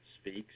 speaks